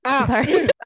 Sorry